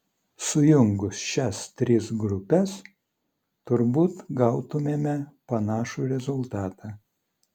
sujungus šias tris grupes turbūt gautumėme panašų rezultatą